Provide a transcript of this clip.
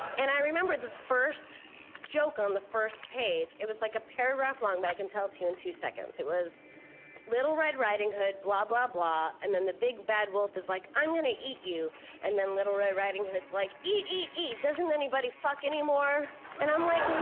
and i remember the first joke on the first page. it was like a paragraph long, but i can tell it in two seconds. it was little red riding hood, blah, blah, blah. and then the big bad wolf is like, i'm gonna eat you and then little red riding hood's like, eat, eat, eat. doesn't anybody fuck anymore and i'm like,